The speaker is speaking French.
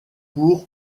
pour